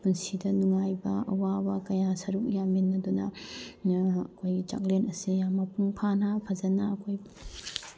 ꯄꯨꯟꯁꯤꯗ ꯅꯨꯡꯉꯥꯏꯕ ꯑꯋꯥꯕ ꯀꯌꯥ ꯁꯔꯨꯛ ꯌꯥꯃꯤꯟꯅꯗꯨꯅ ꯑꯩꯈꯣꯏ ꯆꯥꯛꯂꯦꯟ ꯑꯁꯦ ꯌꯥꯝ ꯃꯄꯨꯡ ꯐꯥꯅ ꯐꯖꯅ ꯑꯩꯈꯣꯏ